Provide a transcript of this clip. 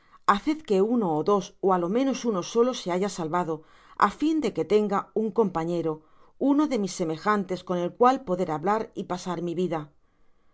haced que uno ó dos ó á lo menos uno solo se haya salvado á fin de que tenga un compañero uno de mis semejantes con el cual pueda hablar y pasar mi vida